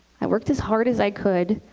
i worked as hard as i could,